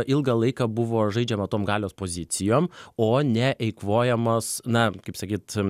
ilgą laiką buvo žaidžiama tom galios pozicijom o ne eikvojamas na kaip sakyt